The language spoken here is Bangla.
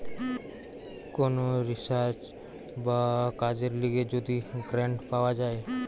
কোন রিসার্চ বা কাজের লিগে যদি গ্রান্ট পাওয়া যায়